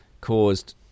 caused